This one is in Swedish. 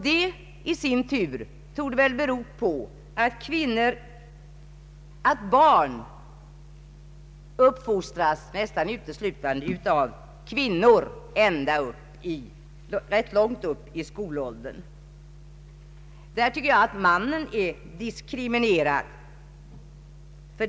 Detta i sin tur torde bero på att barn uppfostras nästan uteslutande av kvinnor rätt långt upp i skolåldern. I detta fall tycker jag att männen är diskriminerade.